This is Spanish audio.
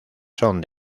son